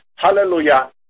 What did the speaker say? Hallelujah